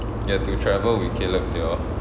you have to travel with caleb they all